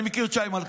אני מכיר את שי מלכה,